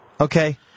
Okay